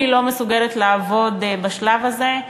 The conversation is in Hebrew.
מי לא מסוגלת לעבוד בשלב הזה,